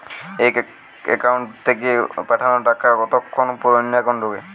এক একাউন্ট থেকে পাঠানো টাকা কতক্ষন পর অন্য একাউন্টে ঢোকে?